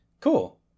Cool